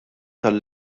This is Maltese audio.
għall